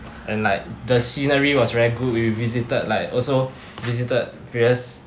and like the scenery was very good we visited like also visited various